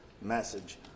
message